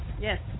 Yes